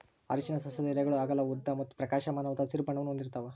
ಅರಿಶಿನ ಸಸ್ಯದ ಎಲೆಗಳು ಅಗಲ ಉದ್ದ ಮತ್ತು ಪ್ರಕಾಶಮಾನವಾದ ಹಸಿರು ಬಣ್ಣವನ್ನು ಹೊಂದಿರ್ತವ